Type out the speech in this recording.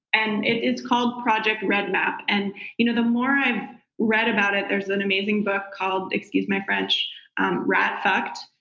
and it's called project red map. and you know the more i read about it, there's an amazing book called excuse my french rat fucked,